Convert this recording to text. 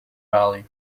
valley